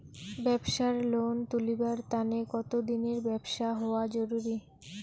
ব্যাবসার লোন তুলিবার তানে কতদিনের ব্যবসা হওয়া জরুরি?